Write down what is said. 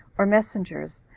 or messengers,